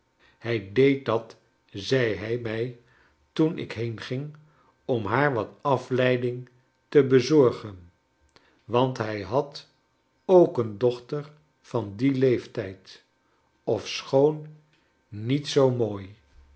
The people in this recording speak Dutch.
hij deed dat zei hij mij toen ik heenging om haar wat afleiding te bezorgen want hij had ook een dochter van dien leeftijd ofschoon niet zoo mooi